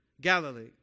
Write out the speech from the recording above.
Galilee